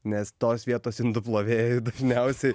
nes tos vietos indų plovėjai dažniausiai